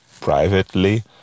privately